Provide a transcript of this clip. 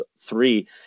three